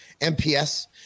MPS